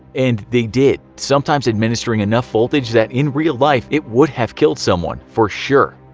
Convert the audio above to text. and they did, sometimes administering enough voltage that in real life it would have killed someone for sure.